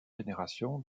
génération